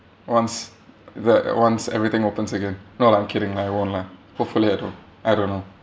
once the once everything opens again no lah I'm kidding lah I won't lah hopefully I don't I don't know